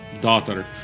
daughter